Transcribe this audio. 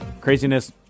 craziness